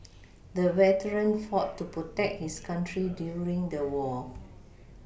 the veteran fought to protect his country during the war